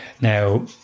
now